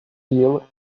eel